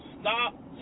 Stop